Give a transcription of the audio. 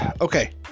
Okay